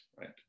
right